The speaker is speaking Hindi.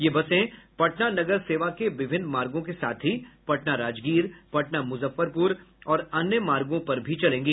ये बसे पटना नगर सेवा के विभिन्न मार्गों के साथ ही पटना राजगीर पटना मुजफ्फरपुर और अन्य मार्गों पर भी चलेंगी